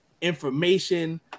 information